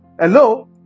hello